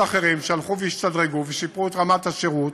אחרים שהלכו והשתדרגו ושיפרו את רמת השירות